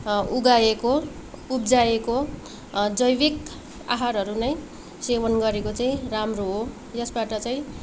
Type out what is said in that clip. उगाएको उब्जाएको जैबिक आहारहरू नै सेवन गरेको चाहिँ राम्रो हो यसबाट चाहिँ